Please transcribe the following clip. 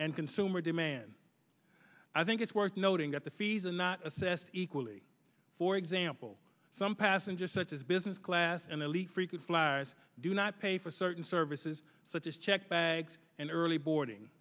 and consumer demand i think it's worth noting that the fees are not assessed equally for example some passengers such as business class and elite frequent flyers do not pay for certain services such as check bags and early boarding